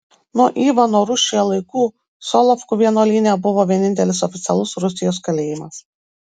nuo ivano rūsčiojo laikų solovkų vienuolyne buvo vienintelis oficialus rusijos kalėjimas